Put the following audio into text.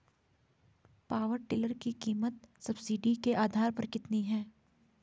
Power tiller की कीमत subsidy के आधार पर कितनी है?